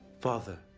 father,